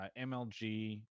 MLG